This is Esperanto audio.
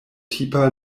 tipa